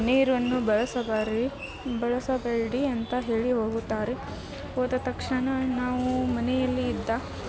ನೀರನ್ನು ಬಳಸಬಾರಿ ಬಳಸಬೇಡಿ ಅಂತ ಹೇಳಿ ಹೋಗುತ್ತಾರೆ ಹೋದ ತಕ್ಷಣ ನಾವು ಮನೆಯಲ್ಲಿ ಇದ್ದ